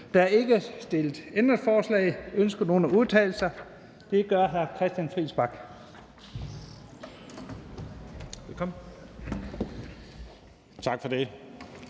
Der er ikke stillet ændringsforslag. Ønsker nogen at udtale sig? Det gør hr. Christian Friis Bach.